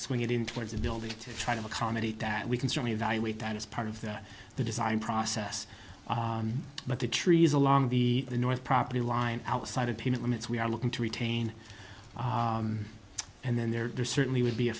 swing it in towards the building to try to accommodate that we can certainly evaluate that as part of that the design process but the trees along the north property line outside of peanut limits we are looking to retain and then there certainly would be a